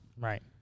Right